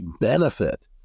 benefit